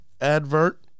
advert